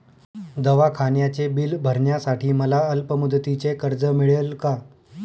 दवाखान्याचे बिल भरण्यासाठी मला अल्पमुदतीचे कर्ज मिळेल का?